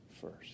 first